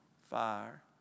fire